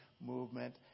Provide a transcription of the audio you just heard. Movement